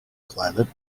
climate